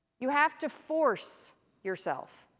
you have to force yourself.